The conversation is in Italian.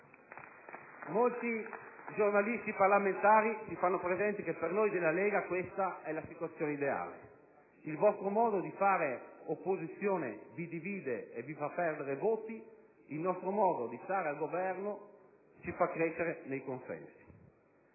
Molti giornalisti parlamentari ci fanno presente che per noi della Lega questa è la situazione ideale: il vostro modo di fare opposizione vi divide e vi fa perdere voti, il nostro modo di stare al Governo ci fa crescere nei consensi.